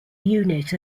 unit